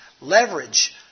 leverage